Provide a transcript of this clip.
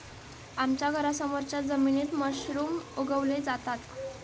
आमच्या घरासमोरच्या जमिनीत मशरूम उगवले जातात